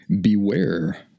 beware